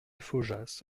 faujas